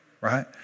right